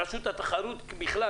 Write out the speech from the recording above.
אלא רשות התחרות בכלל,